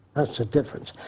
that's a difference.